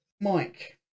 mike